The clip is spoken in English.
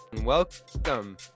Welcome